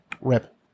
rip